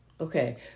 okay